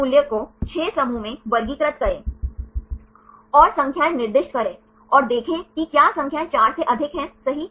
इस मूल्य को 6 समूहों में वर्गीकृत करें और संख्याएँ निर्दिष्ट करें और देखें कि क्या संख्याएँ 4 से अधिक हैं सही